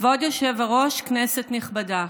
כבוד היושב-ראש, כנסת נכבדה.